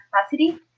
capacity